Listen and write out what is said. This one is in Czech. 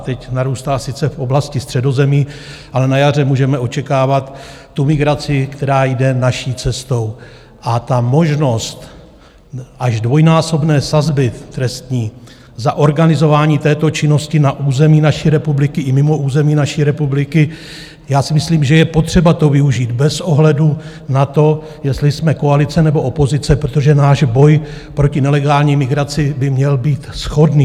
Teď narůstá sice v oblasti Středozemí, ale na jaře můžeme očekávat migraci, která jde naší cestou, a ta možnost až dvojnásobné trestní sazby za organizování této činnosti na území naší republiky i mimo území naší republiky já si myslím, že je potřeba toho využít bez ohledu na to, jestli jsme koalice, nebo opozice, protože náš boj proti nelegální migraci byl měl být shodný.